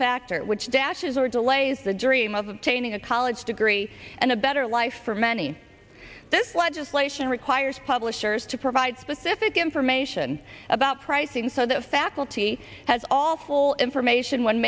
factor which dashes or delays the dream of obtaining a college degree and a better life for many this legislation requires publishers to provide specific information about pricing so that faculty has all full information when